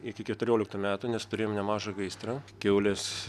iki keturioliktų metų nes turėjom nemažą gaisrą kiaulės